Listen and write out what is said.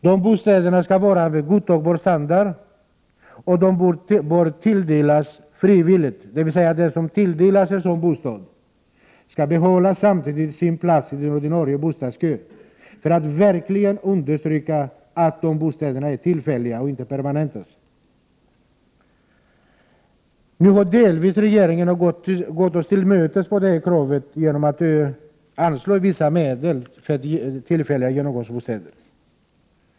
Dessa bostäder skall vara av godtagbar standard, och de bör tilldelas frivilligt, dvs. att den som tilldelas en sådan bostad skall behålla sin plats i den ordinarie bostadskön för att verkligen understryka att dessa bostäder är tillfälliga och inte skall permanentas. Nu har regeringen delvis gått det kravet till mötes genom att anslå vissa medel för tillfälliga genomgångsbostäder.